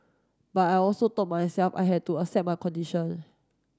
but I also told myself I had to accept my condition